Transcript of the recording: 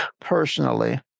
personally